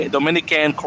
Dominican